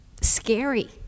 scary